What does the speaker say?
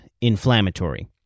inflammatory